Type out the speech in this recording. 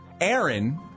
Aaron